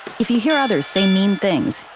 if you hear others say mean things,